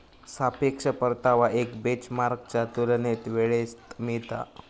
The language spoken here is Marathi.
सापेक्ष परतावा एक बेंचमार्कच्या तुलनेत वेळेत मिळता